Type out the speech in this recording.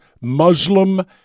Muslim